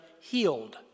healed